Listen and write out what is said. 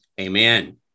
Amen